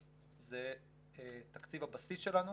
זה תקציב הבסיס שלנו